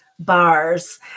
bars